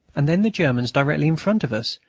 and then the germans directly in front of us,